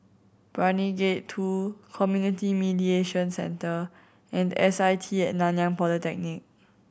Brani Gate Two Community Mediation Centre and S I T At Nanyang Polytechnic